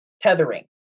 tethering